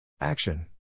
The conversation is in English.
Action